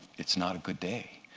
it's not a good day.